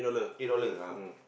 eight dollar ah